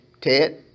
Ted